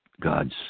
God's